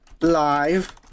live